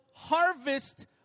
Harvest